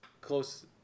close